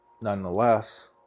nonetheless